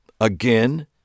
again